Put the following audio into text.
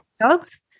dogs